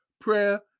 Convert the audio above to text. Prayer